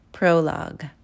Prologue